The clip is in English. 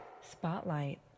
Spotlight